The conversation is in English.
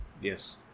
Yes